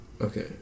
Okay